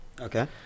okay